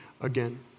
again